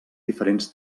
diferents